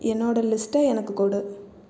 என்னோடய லிஸ்ட்டை எனக்கு கொடு